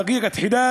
דקת דומייה